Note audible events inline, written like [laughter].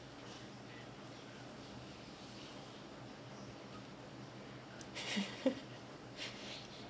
[laughs]